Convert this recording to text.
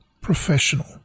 professional